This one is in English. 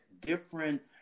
different